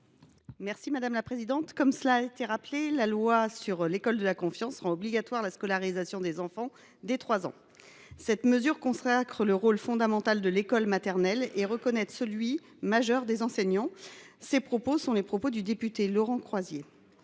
Mme Nadège Havet. Comme cela a été rappelé, la loi pour l’école de la confiance rend obligatoire la scolarisation des enfants dès 3 ans. Cette mesure est venue « consacrer le rôle fondamental de l’école maternelle et reconnaître celui, majeur, des enseignants », pour reprendre les propos du député Laurent Croizier.